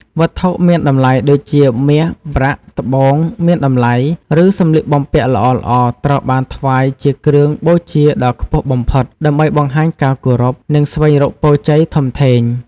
វត្ថុមានតម្លៃដូចជាមាស ប្រាក់ ត្បូងមានតម្លៃ ឬសម្លៀកបំពាក់ល្អៗ ត្រូវបានថ្វាយជាគ្រឿងបូជាដ៏ខ្ពស់បំផុត ដើម្បីបង្ហាញការគោរព និងស្វែងរកពរជ័យធំធេង។